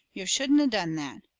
yo' shouldn't have done that!